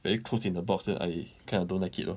very close in the box then I kind of don't like it lor